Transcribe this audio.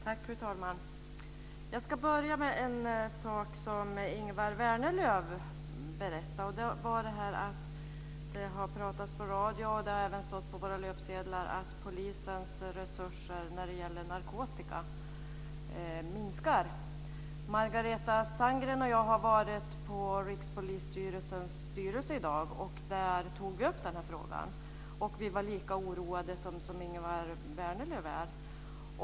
Fru talman! Jag ska börja med en sak som Ingemar Vänerlöv talade om. Det gäller detta att det har pratats på radio om, och det har även stått på våra löpsedlar, att polisens resurser minskar när det gäller narkotika. Margareta Sandgren och jag har varit på Rikspolisstyrelsens styrelse i dag, och där tog vi upp den här frågan. Vi var lika oroade som Ingemar Vänerlöv är.